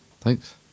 Thanks